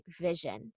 vision